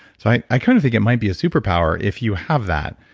so i i kind of think it might be a superpower if you have that,